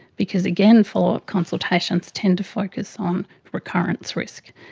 because again, follow-up consultations tend to focus on recurrence risk.